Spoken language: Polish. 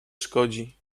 szkodzi